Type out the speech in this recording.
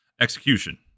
execution